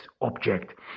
object